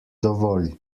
dovolj